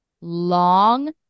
long